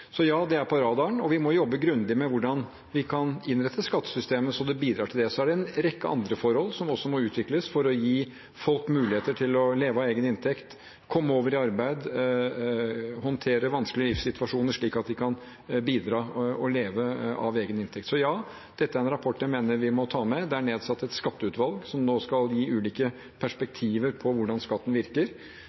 Så ja, det er på radaren, og vi må jobbe grundig med hvordan vi kan innrette skattesystemet slik at det bidrar til det. Så er det en rekke andre forhold som må utvikles for å gi folk mulighet til å leve av egen inntekt, komme over i arbeid og håndtere vanskelige livssituasjoner, slik at de kan bidra og leve av egen inntekt. Så ja, dette er en rapport jeg mener vi må ta med. Det er nedsatt et skatteutvalg som skal gi ulike perspektiver på hvordan skatten virker,